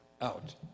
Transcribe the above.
out